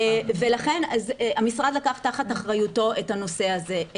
ולכן המשרד לקח תחת אחריותו את הנושא הזה.